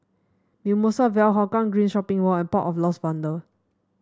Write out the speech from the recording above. Mimosa Vale Hougang Green Shopping Mall and Port of Lost Wonder